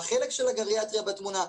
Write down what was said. מה החלק של הגריאטריה בתמונה?